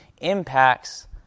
impacts